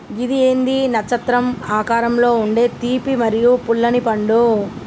గిది ఏంది నచ్చత్రం ఆకారంలో ఉండే తీపి మరియు పుల్లనిపండు